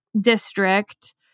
district